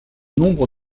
nombre